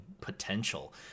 potential